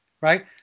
right